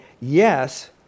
yes